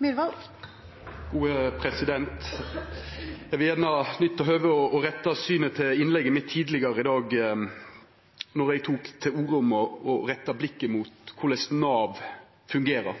Eg vil gjerne nytta høvet til å retta synet mot innlegget mitt tidlegare i dag då eg tok til orde for å retta blikket mot korleis Nav fungerer